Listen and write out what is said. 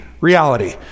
reality